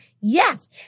Yes